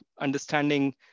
understanding